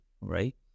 Right